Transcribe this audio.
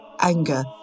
anger